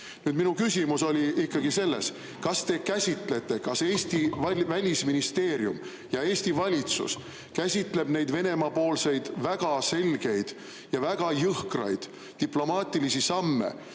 Minu küsimus oli ikkagi selles: kas te käsitlete, kas Eesti Välisministeerium ja Eesti valitsus käsitleb neid Venemaa väga selgeid ja väga jõhkraid diplomaatilisi samme